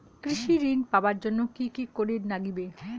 কৃষি ঋণ পাবার জন্যে কি কি করির নাগিবে?